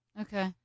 Okay